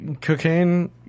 cocaine